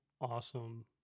awesome